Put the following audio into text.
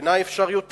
בעיני אפשר יותר.